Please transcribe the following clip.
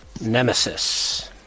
Nemesis